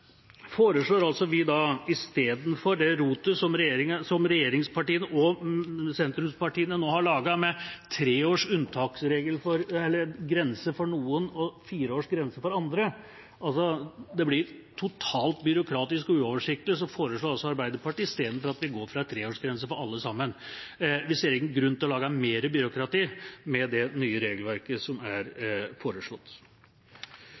foreslår Arbeiderpartiet at vi går for en treårsgrense for alle sammen. Vi ser ingen grunn til å lage mer byråkrati med det nye regelverket som er foreslått.